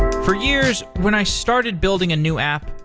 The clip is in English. for years, when i started building a new app,